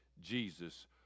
Jesus